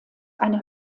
eine